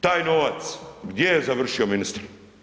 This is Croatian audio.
Taj novac gdje je završio ministre?